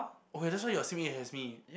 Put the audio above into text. okay that's why you are same age as me